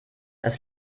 das